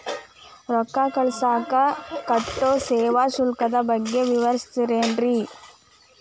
ರೊಕ್ಕ ಕಳಸಾಕ್ ಕಟ್ಟೋ ಸೇವಾ ಶುಲ್ಕದ ಬಗ್ಗೆ ವಿವರಿಸ್ತಿರೇನ್ರಿ?